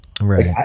Right